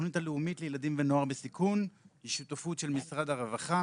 התוכנית הלאומית לילדים ונוער בסיכון היא שותפות של משרד הרווחה,